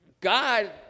God